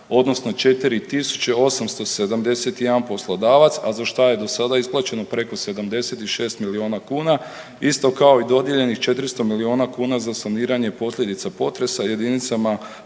odnosno 4871 poslodavac, a za šta je do sada isplaćeno preko 76 miliona kuna isto kao i dodijeljenih 400 miliona kuna za saniranje posljedica potresa jedinicama